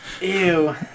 Ew